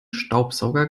staubsauger